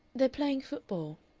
they're playing football.